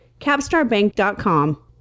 capstarbank.com